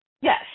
Yes